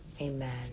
amen